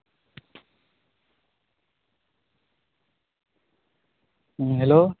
hello